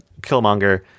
killmonger